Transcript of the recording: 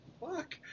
fuck